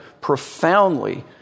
profoundly